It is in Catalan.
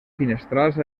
finestrals